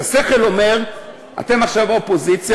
השכל אומר: אתם עכשיו האופוזיציה,